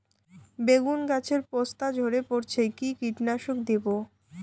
বেগুন গাছের পস্তা ঝরে পড়ছে কি কীটনাশক দেব?